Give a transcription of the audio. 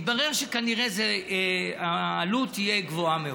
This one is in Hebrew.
התברר שכנראה העלות תהיה גבוהה מאוד,